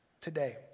today